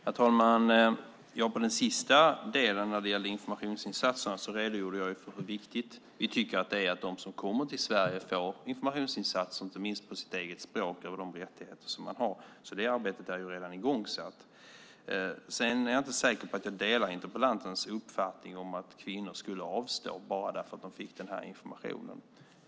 Herr talman! När det gäller den sista delen, om informationsinsatserna, redogjorde jag för hur viktigt vi tycker att det är att de som kommer till Sverige får information, inte minst på sitt eget språk, om vilka rättigheter de har. Det arbetet är alltså redan igångsatt. Jag är inte säker på att jag delar interpellantens uppfattning om att kvinnor skulle avstå bara för att de fick den här informationen.